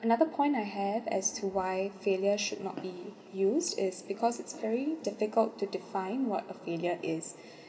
another point I have as to why failure should not be used is because it's very difficult to define what a failure is